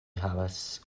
havas